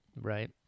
Right